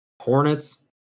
Hornets